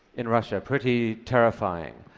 in russia pretty terrifying.